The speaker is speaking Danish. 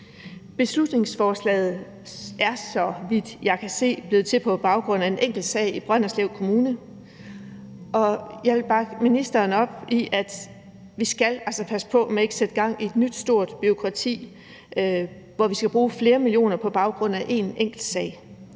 Beslutningsforslaget er, så vidt jeg kan se, blevet til på baggrund af en enkelt sag i Brønderslev Kommune. Og jeg vil bakke ministeren op i, at vi altså skal passe på med ikke at sætte gang i et nyt stort bureaukrati, hvor vi skal bruge flere millioner på baggrund af en enkelt sag,